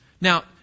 Now